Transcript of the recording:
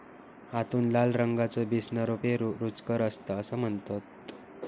आतून लाल रंगाचो दिसनारो पेरू रुचकर असता असा म्हणतत